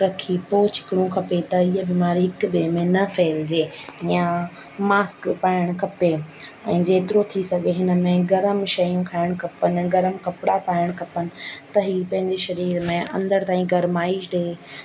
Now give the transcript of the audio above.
रखी पोइ छिकिणो खपे त हीअ बीमारी हिकु ॿिए में न फहिलिजे या मास्क पाइणु खपे ऐं जेतिरो थी सघे हिन में गरमु शयूं खाइणु खपनि गरम कपिड़ा पाइणु खपनि त हीउ पंहिंजी शरीर में अंदरि ताईं गर्माइश ॾिए